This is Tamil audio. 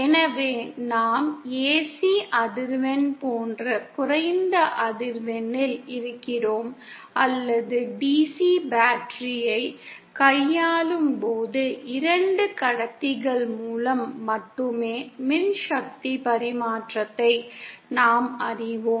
எனவே நாம் AC அதிர்வெண் போன்ற குறைந்த அதிர்வெண்ணில் இருக்கிறோம் அல்லது DC பேட்டரியைக் கையாளும் போது இரண்டு கடத்திகள் மூலம் மட்டுமே மின் சக்தி பரிமாற்றத்தை நாம் அறிவோம்